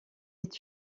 est